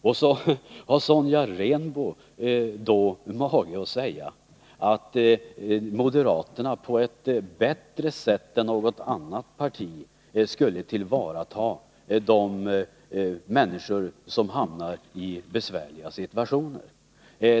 Och så har Sonja Rembo mage att säga att moderaterna på ett bättre sätt än något annat parti skulle ta hand om de människor som hamnar i besvärliga situationer.